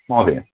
महोदय